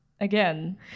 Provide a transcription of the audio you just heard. again